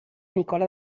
nicola